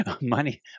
Money